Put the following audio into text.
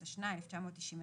התשנ"ה-1995.